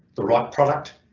the right product